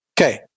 Okay